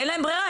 אין להם ברירה,